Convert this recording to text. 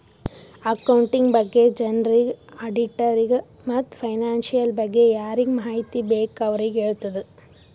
accounting ಬಗ್ಗೆ ಜನರಿಗ್, ಆಡಿಟ್ಟರಿಗ ಮತ್ತ್ ಫೈನಾನ್ಸಿಯಲ್ ಬಗ್ಗೆ ಯಾರಿಗ್ ಮಾಹಿತಿ ಬೇಕ್ ಅವ್ರಿಗ ಹೆಳ್ತುದ್